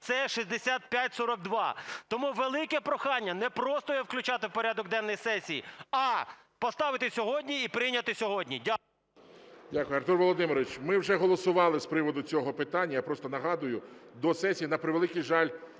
це 6542. Тому велике прохання не просто його включати в порядок денний сесії, а поставити сьогодні і прийняти сьогодні. Дякую.